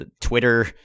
Twitter